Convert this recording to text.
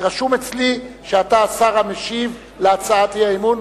רשום אצלי שאתה השר המשיב על הצעת האי-אמון.